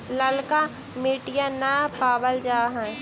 ललका मिटीया न पाबल जा है?